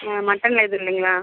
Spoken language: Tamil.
மட்டன் எதுவும் இல்லைங்ளா